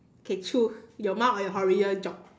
okay truth your mom or your horrible job